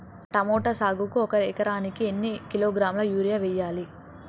Tomato సాగుకు ఒక ఎకరానికి ఎన్ని కిలోగ్రాముల యూరియా వెయ్యాలి?